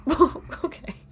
okay